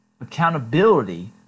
Accountability